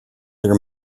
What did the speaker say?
their